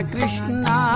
Krishna